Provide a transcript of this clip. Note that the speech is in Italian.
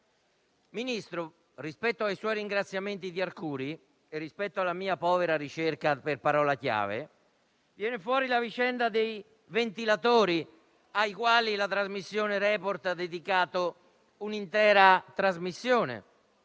Ministro, rispetto ai suoi ringraziamenti rivolti ad Arcuri e rispetto alla mia povera ricerca per parola chiave, viene fuori la vicenda dei ventilatori, ai quali la trasmissione "Report" ha dedicato un'intera puntata;